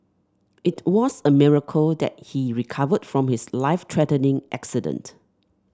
it was a miracle that he recovered from his life threatening accident